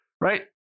Right